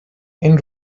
این